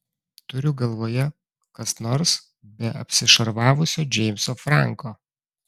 turiu galvoje kas nors be apsišarvavusio džeimso franko